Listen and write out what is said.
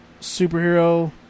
superhero